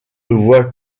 voit